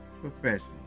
professional